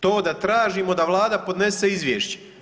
To da tražimo da Vlada podnese izvješće.